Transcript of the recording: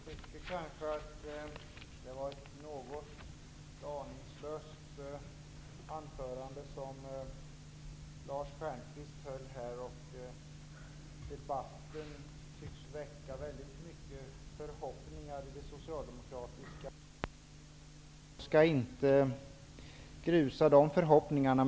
Fru talman! Det var kanske ett något aningslöst anförande som Lars Stjernkvist höll här. Debat ten tycks väcka väldigt mycket förhoppningar hos socialdemokratiska ledamöter. Jag skall inte grusa de förhoppningarna.